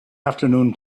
afternoon